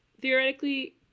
Theoretically